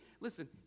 Listen